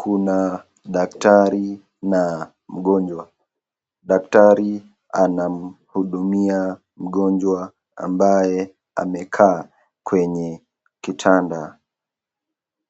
Kuna daktari na mgonjwa daktari anamhudumia mgonjwa ambaye amekaa kwenye kitanda.